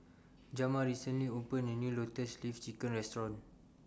Jamar recently opened A New Lotus Leaf Chicken Restaurant